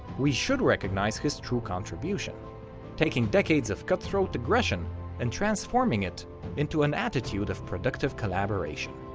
we should recognize his true contribution taking decades of cutthroat aggression and transforming it into an attitude of productive collaboration.